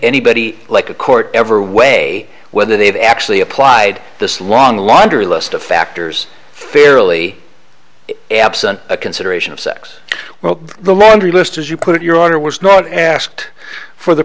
anybody like a court ever way whether they've actually applied this long laundry list of factors fairly absent a consideration of sex well the laundry list as you put it your honor was not asked for the